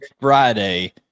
Friday